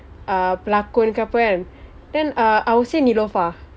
uh pelakon ke apa kan then I would say neelofa